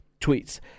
tweets